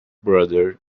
brother